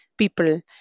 people